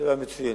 שאלה מצוינת.